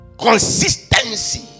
Consistency